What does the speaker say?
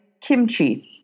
kimchi